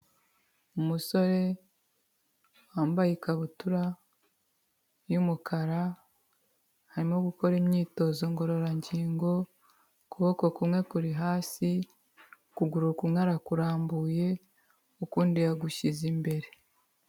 Umusore wambaye ikabutura y'umukara arimo gukora imyitozo ngororangingo ukuboko kumwe kuri hasi, ukuguru kumwe arakurambuye ukundi yagushyize inyuma.